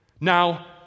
now